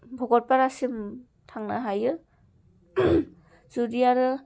भकतपारासिम थांनो हायो जुदि आरो